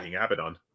Abaddon